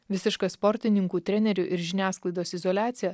visiška sportininkų trenerių ir žiniasklaidos izoliacija